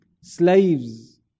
slaves